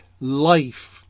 life